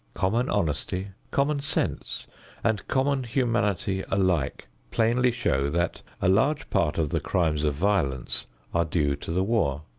common honesty, common sense and common humanity alike plainly show that a large part of the crimes of violence are due to the war.